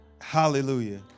Hallelujah